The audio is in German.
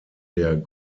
der